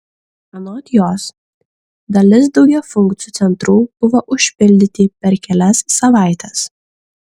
anot jos dalis daugiafunkcių centrų buvo užpildyti per kelias savaites